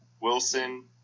wilson